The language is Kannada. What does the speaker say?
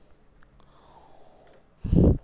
ಮೊಮ್ಮಕ್ಕಳಿಗ ರೊಕ್ಕ ಬರಬೇಕಂದ್ರ ಯಾ ವಿಮಾ ತೊಗೊಳಿ ಹೇಳ್ರಿ?